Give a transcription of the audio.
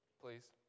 please